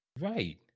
Right